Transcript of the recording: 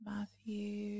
Matthew